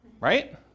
Right